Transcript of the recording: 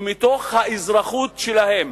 ומתוך האזרחות שלהן,